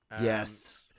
Yes